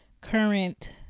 Current